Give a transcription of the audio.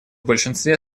большинстве